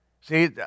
See